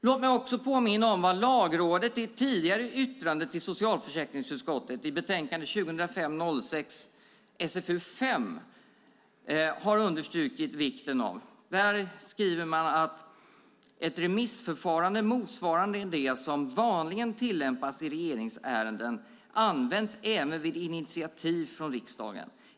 Låt mig också påminna om att Lagrådet i ett tidigare yttrande till socialförsäkringsutskottet i betänkande 2005/06:SfU5 har understrukit vikten av att ett remissförfarande motsvarande det som vanligen tillämpas i regeringsärenden används även vid initiativ från riksdagen.